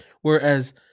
whereas